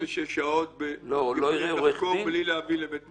עד 96 שעות יכולים לחקור בלי להביא לבית משפט.